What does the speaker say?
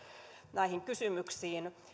näihin kysymyksiin